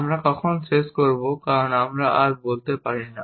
আমরা কখন শেষ করব কারণ আমরা আর বলতে পারি না